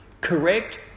correct